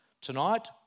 Tonight